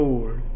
Lord